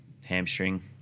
hamstring